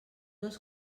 els